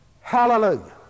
Hallelujah